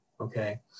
Okay